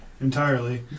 entirely